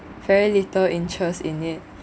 very little interest in it